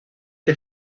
the